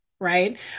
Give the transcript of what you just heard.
Right